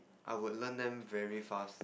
I would learn them very fast